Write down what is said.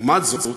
לעומת זאת,